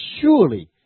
surely